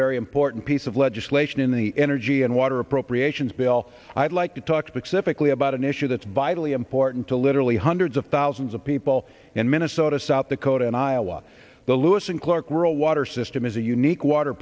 very important piece of legislation in the energy and water appropriations bill i'd like to talk specifically about an issue that's vitally important to literally hundreds of thousands of people in minnesota south dakota and iowa the lewis and clark rural water system is a unique water